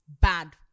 bad